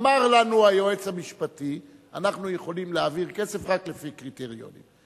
אמר לנו היועץ המשפטי: אנחנו יכולים להעביר כסף רק לפי קריטריונים.